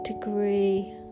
degree